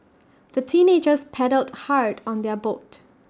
the teenagers paddled hard on their boat